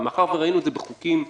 ראינו את זה בחוקים,